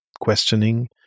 questioning